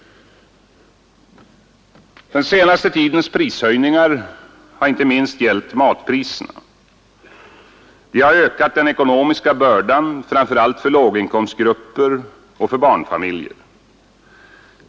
Den senaste tidens prishöjningar har inte minst gällt matpriserna. Det har ökat den ekonomiska bördan framför allt för låginkomstgrupper och barnfamiljer.